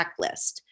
checklist